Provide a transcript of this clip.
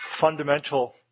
fundamental